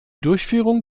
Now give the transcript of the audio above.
durchführung